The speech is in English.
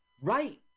right